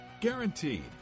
guaranteed